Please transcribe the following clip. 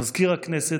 מזכיר הכנסת